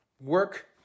Work